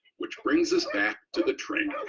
which brings us back to the train.